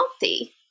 healthy